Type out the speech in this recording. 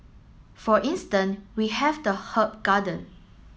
for instance we have the herb garden